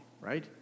right